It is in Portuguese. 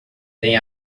tem